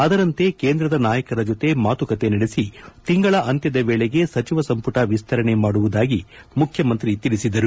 ಅದರಂತೆ ಕೇಂದ್ರದ ನಾಯಕರ ಜೊತೆ ಮಾತುಕತೆ ನಡೆಸಿ ತಿಂಗಳ ಅಂತ್ಯದ ವೇಳೆಗೆ ಸಚಿವ ಸಂಪುಟ ವಿಸ್ತರಣೆ ಮಾಡುವುದಾಗಿ ಮುಖ್ಯಮಂತ್ರಿ ತಿಳಿಸಿದರು